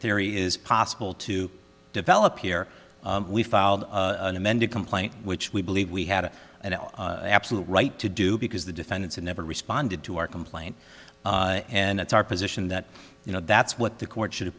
theory is possible to develop here we filed an amended complaint which we believe we had an absolute right to do because the defendants in never responded to our complaint and that's our position that you know that's what the court should have